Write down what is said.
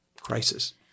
crisis